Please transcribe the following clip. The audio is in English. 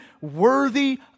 worthy